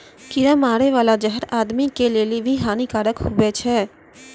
कीड़ा मारै बाला जहर आदमी के लेली भी हानि कारक हुवै छै